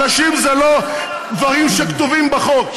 אנשים זה לא דברים שכתובים בחוק.